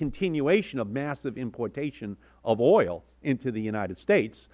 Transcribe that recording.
continuation of massive importation of oil into the united states